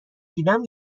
دیدم